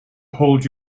hold